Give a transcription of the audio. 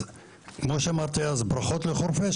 כמו שאמרתי אז ברכות לחורפיש,